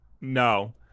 No